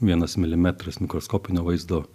vienas milimetras mikroskopinio vaizdo